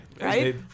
Right